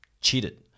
cheated